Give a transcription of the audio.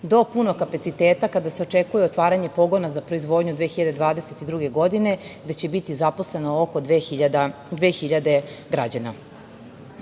do punog kapaciteta kada se očekuje otvaranje pogona za proizvodnju 2022. godine, gde će biti zaposleno oko 2.000